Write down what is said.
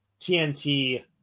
TNT